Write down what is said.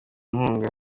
inkunga